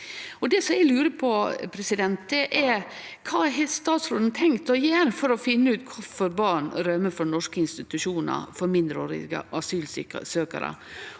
Det eg lurer på, er kva statsråden har tenkt å gjere for å finne ut kvifor barn rømmer frå norske institusjonar for mindreårige asylsøkjarar,